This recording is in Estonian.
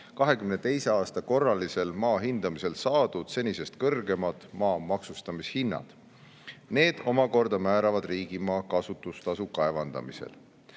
2022. aasta korralisel maa hindamisel [määratud] senisest kõrgemad maa maksustamishinnad. Need omakorda määravad riigimaa kasutustasu kaevandamisel.